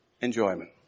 enjoyment